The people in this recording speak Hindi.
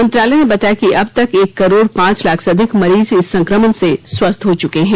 मंत्रालय ने बताया कि अब तक एक करोड पांच लाख से अधिक मरीज इस संक्रमण से स्वस्थ हो चुके हैं